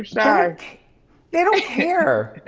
shy. like they don't care.